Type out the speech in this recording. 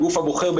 הגוף הבוחר,